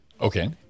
Okay